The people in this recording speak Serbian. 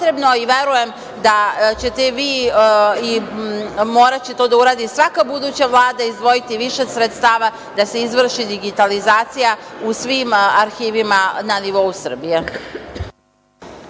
i verujem da ćete i vi, i moraće to da uradi svaka buduća Vlada, izdvojiti više sredstava da se izvrši digitalizacija u svim arhivima na nivou Srbije.